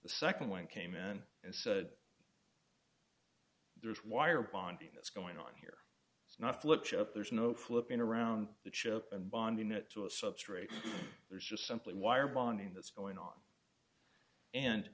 the nd one came in and said there's wire bonding that's going on here not to look up there's no flipping around the chip and bonding it to a substrate there's just simply wire bonding that's going on and